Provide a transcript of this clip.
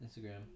Instagram